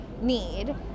need